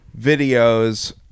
videos